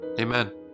Amen